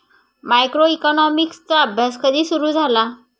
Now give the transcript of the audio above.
मायक्रोइकॉनॉमिक्सचा अभ्यास कधी सुरु झाला?